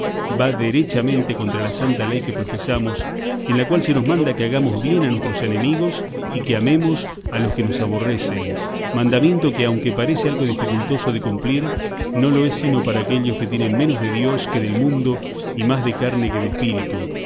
va derechamente contra la santa ley que profesamos en la cual se nos manda que hagamos bien a nuestros enemigos y que amemos a los que nos aborrecen mandamiento que aunque parece algo dificultoso de cumplir no lo es sino para aquellos que tienen menos de dios que del mundo y más de carne que de